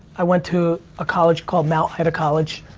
i went to a college called mount ida college,